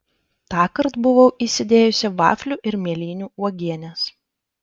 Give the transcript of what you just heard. tąkart buvau įsidėjusi vaflių ir mėlynių uogienės